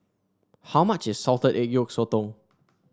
how much is Salted Egg Yolk Sotong